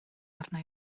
arna